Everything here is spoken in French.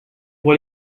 pour